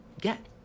get